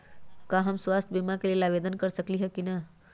का हम स्वास्थ्य बीमा के लेल आवेदन कर सकली ह की न?